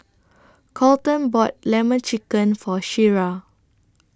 Colten bought Lemon Chicken For Shira